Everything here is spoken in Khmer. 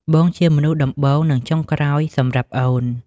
បងជាមនុស្សដំបូង និងចុងក្រោយសម្រាប់អូន។